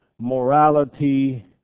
morality